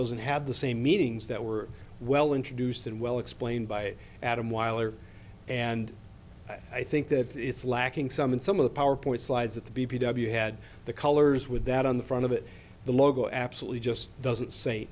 doesn't have the same meetings that were well introduced and well explained by adam wyler and i think that it's lacking some in some of the powerpoint slides that the b p w had the colors with that on the front of it the logo absolutely just doesn't say